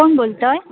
कोण बोलत आहे